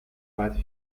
but